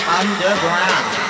underground